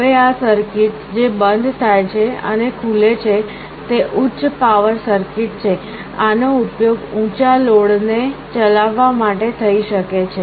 હવે આ સર્કિટ જે બંધ થાય છે અને ખુલે છે તે ઉચ્ચ પાવર સર્કિટ છે આનો ઉપયોગ ઉંચા લોડ ને ચલાવવા માટે થઈ શકે છે